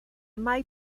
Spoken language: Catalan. mai